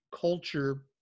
culture